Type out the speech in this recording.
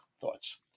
thoughts